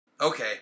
Okay